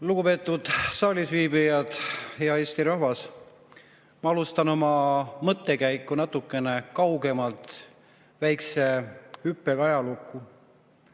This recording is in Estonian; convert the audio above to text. Lugupeetud saalisviibijad! Hea Eesti rahvas! Ma alustan oma mõttekäiku natuke kaugemalt, väikese hüppega ajalukku.